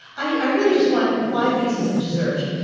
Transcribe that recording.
i really just want five pieces of dessert.